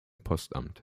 postamt